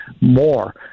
more